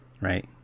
Right